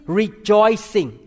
rejoicing